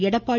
Edappadi